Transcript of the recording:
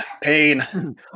Pain